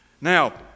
Now